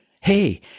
Hey